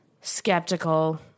skeptical